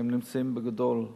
שהם נמצאים בהן בגדול.